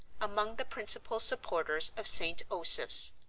among the principal supporters of st. osoph's.